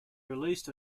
released